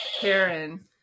Karen